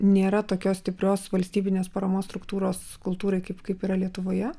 nėra tokios stiprios valstybinės paramos struktūros kultūrai kaip kaip yra lietuvoje